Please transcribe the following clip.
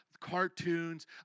cartoons